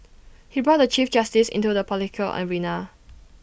he brought the chief justice into the political arena